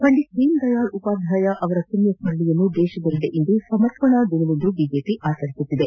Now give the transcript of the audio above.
ಪಂಡಿತ್ ದೀನದಯಾಳ್ ಉಪಾಧ್ನಾಯ ಅವರ ಪುಣ್ನಸರಣೆಯನ್ನು ದೇಶದೆಲ್ಲೆಡೆ ಇಂದು ಸಮರ್ಪಣಾ ದಿನವನ್ನಾಗಿ ಬಿಜೆಪಿ ಆಚರಿಸುತ್ತಿದೆ